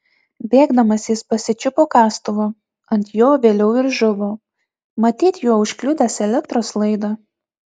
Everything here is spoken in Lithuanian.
bėgdamas jis pasičiupo kastuvą ant jo vėliau ir žuvo matyt juo užkliudęs elektros laidą